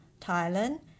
Thailand